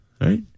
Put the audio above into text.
Right